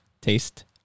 taste